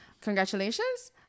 Congratulations